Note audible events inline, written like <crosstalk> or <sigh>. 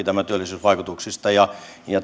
<unintelligible> tämän työllisyysvaikutuksista ja